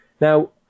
Now